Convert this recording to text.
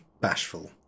bashful